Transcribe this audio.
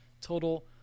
total